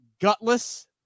gutless